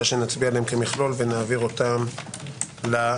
שנצביע עליהן כמכלול ונעביר אותן למליאה.